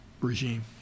regime